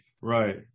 right